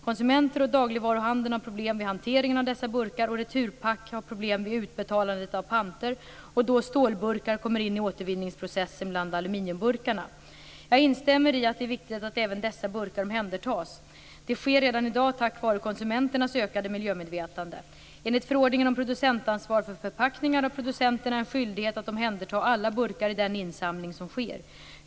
Konsumenter och dagligvaruhandeln har problem vid hanteringen av dessa burkar, och Returpack har problem vid utbetalande av panter och då stålburkar kommer in i återvinningsprocessen bland aluminiumburkarna. Jag instämmer i att det är viktigt att även dessa burkar omhändertas. Detta sker redan i dag tack vare konsumenternas ökade miljömedvetande. Enligt förordningen om producentansvar för förpackningar har producenterna en skyldighet att omhänderta alla burkar i den insamling som sker.